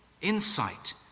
insight